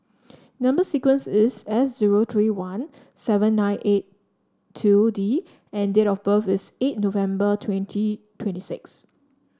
number sequence is S zero three one seven nine eight two D and date of birth is eight November twenty twenty six